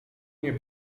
nie